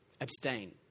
abstain